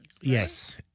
Yes